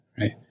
right